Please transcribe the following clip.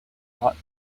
thought